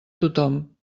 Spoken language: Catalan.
tothom